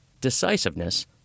decisiveness